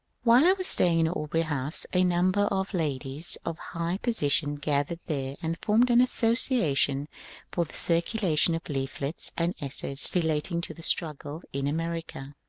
while i was staying in aubrey house a number of ladies of high position gathered there and formed an association for the circulation of leaflets and essays relating to the struggle in america.